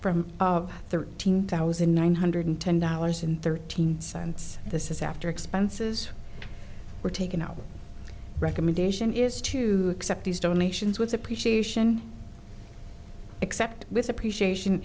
from thirteen thousand nine hundred ten dollars and thirteen science this is after expenses were taken out of recommendation is to accept these donations with appreciation except with appreciation